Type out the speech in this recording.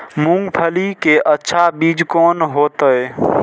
मूंगफली के अच्छा बीज कोन होते?